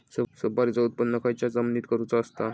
सुपारीचा उत्त्पन खयच्या जमिनीत करूचा असता?